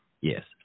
yes